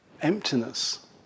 emptiness